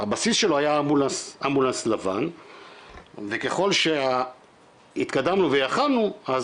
הבסיס שלו היה אמבולנס לבן וככול שהתקדמנו ויכלנו,